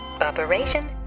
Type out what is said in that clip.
Operation